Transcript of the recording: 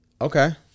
Okay